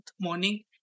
morning